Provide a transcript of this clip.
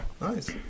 Nice